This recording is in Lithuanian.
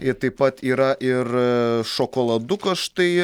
ir taip pat yra ir šokoladukas štai